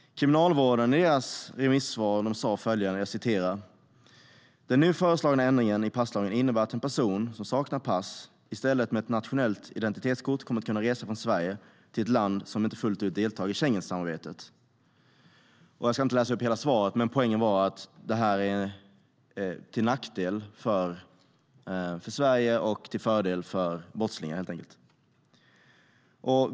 Kriminalvården har i sitt remissvar sagt att den nu föreslagna ändringen i passlagen innebär att en person som saknar pass i stället med ett nationellt identitetskort kommer att kunna resa från Sverige till ett land som inte fullt ut deltar i Schengensamarbetet. Jag ska inte läsa upp hela svaret, men poängen är att det är till nackdel för Sverige och till fördel för brottslingen.